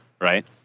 Right